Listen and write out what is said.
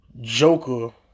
Joker